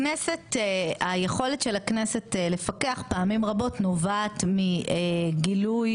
היכולת של הכנסת לפקח פעמים רבות נובעת מגילוי